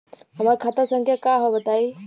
हमार खाता संख्या का हव बताई?